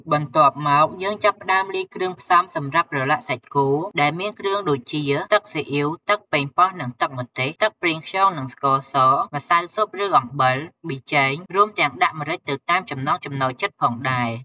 បន្ទាប់មក យើងចាប់ផ្តើមលាយគ្រឿងផ្សំសម្រាប់ប្រឡាក់សាច់គោ ដែលមានគ្រឿងដូចជា ទឹកស៊ីអ៉ីវ ទឹកប៉េងប៉ោះនិងទឹកម្ទេស ទឹកប្រេងខ្យងនិងស្ករស ម្សៅស៊ុបឬអំបិល ប៊ីចេង រួមទាំងដាក់ម្រេចទៅតាមចំណង់ចំណូលចិត្តផងដែរ។